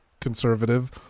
conservative